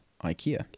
Ikea